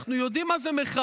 אנחנו יודעים מה זה מחאה,